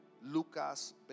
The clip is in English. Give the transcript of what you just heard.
Lucas